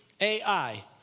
AI